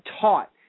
taught